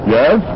Yes